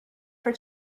for